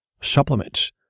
supplements